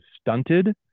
stunted